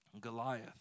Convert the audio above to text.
Goliath